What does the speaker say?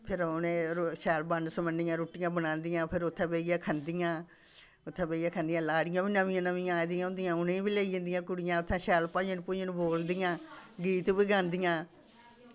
फिर उ'नें रो शैल बन्न सम्मनियै रुट्टियां बनांदियां फिर उत्थै बेहियै खंदियां उत्थै बेहियै खंदियां लाड़ियां बी नमियां नमियां आई दियां होंदियां उ'नें बी लेई जन्दियां कुड़ियां उत्थै शैल भजन भुजन बोलदियां गीत बी गांदियां